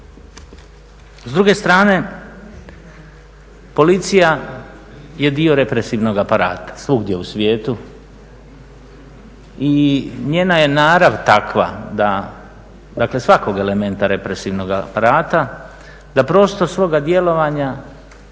S druge strane policija je dio represivnog aparata svugdje u svijetu i njena je narav takva da, dakle svakog elementa represivnog aparata da prostor svoga djelovanja